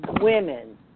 women